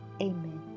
Amen